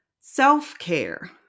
self-care